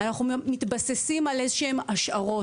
אנחנו מתבססים על איזשהם השערות.